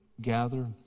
gather